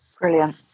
brilliant